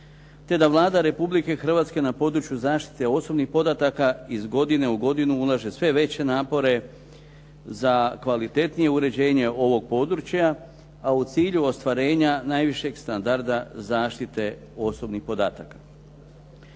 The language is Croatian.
te da Vlada Republike Hrvatske na području zaštite osobnih podataka iz godine u godinu ulaže sve veće napore za kvalitetnije uređenje ovog područja, a u cilju ostvarenja najvišeg standarda zaštite osobnih podataka.